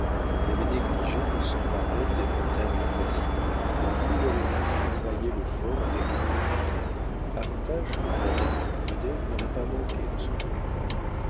il avait négligé de s'emparer des montagnes voisines d'où il aurait pu foudroyer le fort avec impunité avantage que dans la tactique moderne on n'aurait pas manqué de se procurer